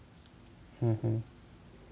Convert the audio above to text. mmhmm